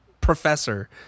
professor